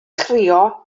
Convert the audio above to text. chrio